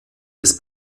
des